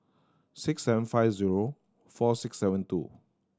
six seven five zero four six seven two